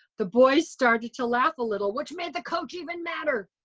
the boys started to laugh a little, which made the coach even matter.